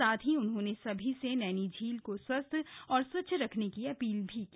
साथ ही उन्होंने सभी से नैनीझील को स्वस्थ व स्वच्छ रखने की अपील भी की